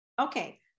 Okay